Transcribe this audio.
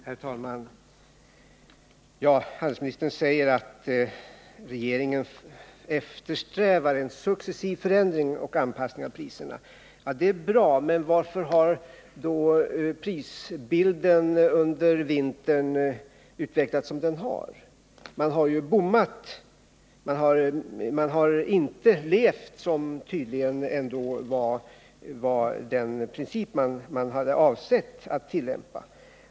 Herr talman! Handelsministern säger att regeringen eftersträvar en successiv förändring och anpassning av priserna. Det är bra, men varför har då prisbilden utvecklats som den har under vintern? Man har tydligen inte levt efter den princip man hade avsett att tillämpa.